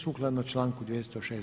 Sukladno članku 206.